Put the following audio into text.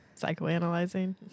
psychoanalyzing